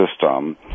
system